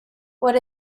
what